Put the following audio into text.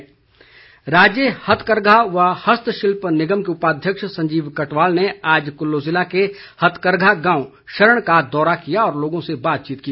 हथकरघा राज्य हथरकघा व हस्तशिल्प निगम के उपाध्यक्ष संजीव कटवाल ने आज कुल्लू जिले के हथरकघा गांव शरण का दौरा किया और लोगों से बातचीत की